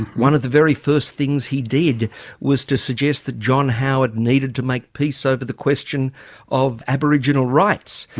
one of the very first things he did was to suggest that john howard needed to make peace over the question of aboriginal rights.